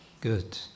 good